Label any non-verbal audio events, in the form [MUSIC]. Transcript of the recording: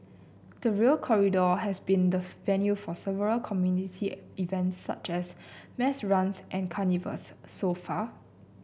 the Rail Corridor has been the [UNINTELLIGIBLE] venue for several community events such as mass runs and carnivals so far